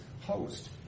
host